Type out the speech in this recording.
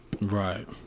right